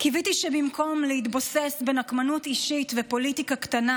קיוויתי שבמקום להתבוסס בנקמנות אישית ופוליטיקה קטנה,